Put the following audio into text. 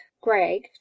Greg